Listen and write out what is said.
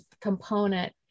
component